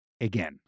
again